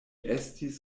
estis